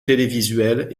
télévisuelles